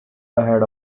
ahead